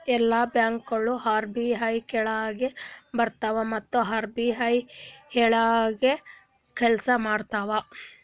ಎಲ್ಲಾ ಬ್ಯಾಂಕ್ಗೋಳು ಆರ್.ಬಿ.ಐ ಕೆಳಾಗೆ ಬರ್ತವ್ ಮತ್ ಆರ್.ಬಿ.ಐ ಹೇಳ್ದಂಗೆ ಕೆಲ್ಸಾ ಮಾಡ್ಬೇಕ್